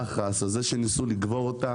הישראלי יעדיף לתמוך בתוצרת הישראלית.